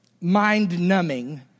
mind-numbing